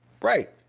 Right